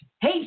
hey